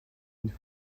une